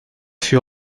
fut